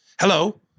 Hello